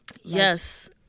yes